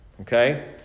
Okay